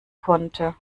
konnte